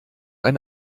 ein